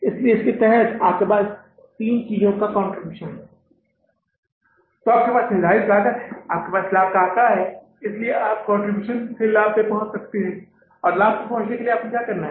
इसलिए यदि आपके पास इन तीन चीजों का कंट्रीब्यूशन है तो आपके पास निर्धारित लागत है आपके पास लाभ का आंकड़ा है इसलिए आप कंट्रीब्यूशन से लाभ पर पहुंच सकते हैं और लाभ पर पहुंचने के लिए आपको क्या करना है